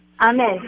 Amen